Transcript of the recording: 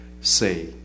say